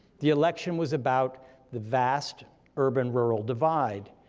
the election was about the vast urban-rural divide,